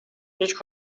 هیچ